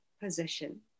position